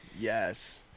Yes